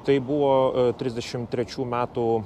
tai buvo trisdešimt trečių metų